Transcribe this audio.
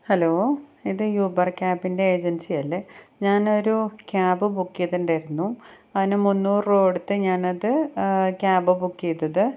hello ഇത് Uber ക്യാബിൻ്റെ agency അല്ലെ ഞാൻ ഒരു ക്യാബ് ബുക്കീതിണ്ടായിരുന്നു അതിന് മുന്നൂറ് രൂപ കൊടുത്ത് ഞാൻ അത് ക്യാബ് ബുക്കീതത്